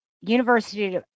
University